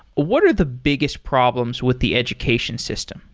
what are the biggest problems with the education system?